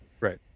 Right